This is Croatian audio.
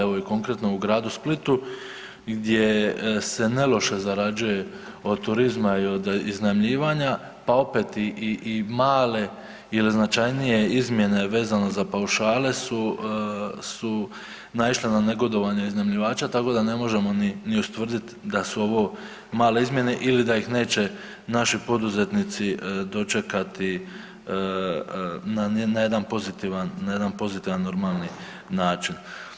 Evo i konkretno u gradu Splitu gdje se neloše zarađuje od turizma i od iznajmljivanja, pa opet i male ili značajnije izmjene vezano za paušale su, su naišle na negodovanje iznajmljivača, tako da ne možemo ni, ni ustvrdit da su ovo male izmjene ili da ih neće naši poduzetnici dočekati na jedan pozitivan, na jedan pozitivan normalni način.